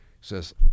Says